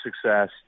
success